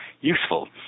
useful